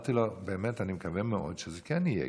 אמרתי לו: באמת אני מקווה מאוד שזה כן יהיה,